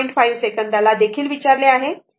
5 सेकंदांला देखील विचारले आहे